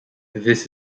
this